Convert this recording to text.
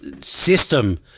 system